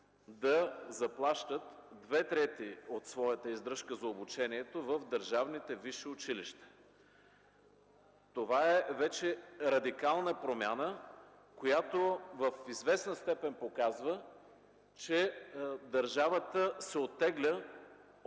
да заплащат две трети от своята издръжка за обучението в държавните висши училища. Това е вече радикална промяна, която в известна степен показва, че държавата се оттегля от